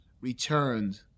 returned